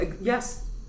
yes